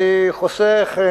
אני חוסך,